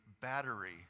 battery